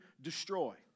destroy